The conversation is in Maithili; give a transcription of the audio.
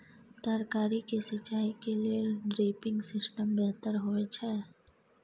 तरकारी के सिंचाई के लेल ड्रिपिंग सिस्टम बेहतर होए छै?